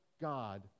God